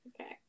okay